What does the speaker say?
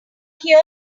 here